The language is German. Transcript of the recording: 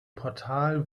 portal